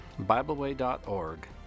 BibleWay.org